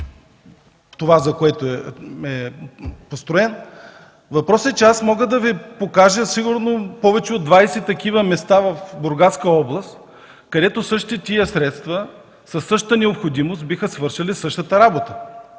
време да се използва. Въпросът е, че аз мога да Ви покажа сигурно повече от двадесет такива места в Бургаска област, където същите тези средства със същата необходимост биха свършили същата работа.